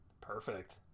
Perfect